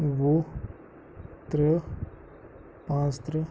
وُہ ترٛےٚ پانٛژھ تٕرٛہ